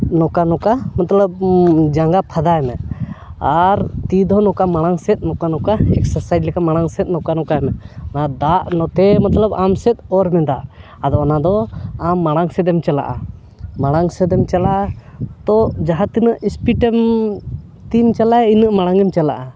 ᱱᱚᱠᱟ ᱱᱚᱠᱟ ᱢᱟᱛᱞᱟᱵ ᱡᱟᱸᱜᱟ ᱯᱷᱟᱫᱟᱭ ᱟᱨ ᱛᱤ ᱫᱚ ᱱᱚᱠᱟ ᱢᱟᱲᱟᱝ ᱥᱮᱫ ᱱᱚᱠᱟ ᱱᱚᱠᱟ ᱮᱠᱥᱟᱥᱟᱭᱤᱡᱽ ᱞᱮᱠᱟ ᱢᱟᱲᱟᱝ ᱥᱮᱫ ᱱᱚᱠᱟ ᱱᱚᱠᱟᱢᱮ ᱚᱱᱟ ᱫᱟᱜ ᱱᱚᱛᱮ ᱢᱚᱛᱞᱚᱵ ᱟᱢ ᱥᱮᱫ ᱚᱨ ᱢᱮ ᱫᱟᱜ ᱟᱫᱚ ᱚᱱᱟ ᱫᱚ ᱟᱢ ᱢᱟᱲᱟᱝ ᱥᱮᱫ ᱮᱢ ᱪᱟᱞᱟᱜᱼᱟ ᱢᱟᱲᱟᱝ ᱥᱮᱫ ᱮᱢ ᱪᱟᱞᱟᱜᱼᱟ ᱛᱚ ᱡᱟᱦᱟᱸ ᱛᱤᱱᱟᱹᱜ ᱥᱯᱤᱰᱮᱢ ᱮᱢ ᱛᱤᱢ ᱪᱟᱞᱟᱜᱼᱟ ᱤᱱᱟᱹ ᱢᱟᱲᱟᱝᱮᱢ ᱪᱟᱞᱟᱜᱼᱟ